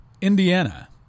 Indiana